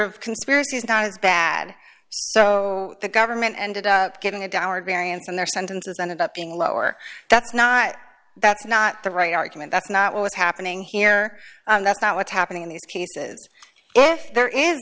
of conspiracy is not as bad so the government ended up getting a dollar variance in their sentences ended up being lower that's not that's not the right argument that's not what's happening here that's not what's happening in these pieces if there is